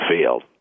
field